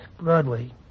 Broadway